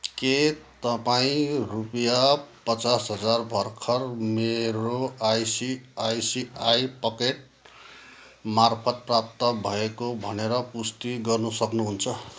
के तपाईँ रुपियाँ पचास हजार भर्खर मेरो आइसिआइसिआई पकेट मार्फत् प्राप्त भएको भनेर पुष्टि गर्न सक्नुहुन्छ